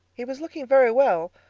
he was looking very well,